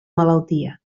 malaltia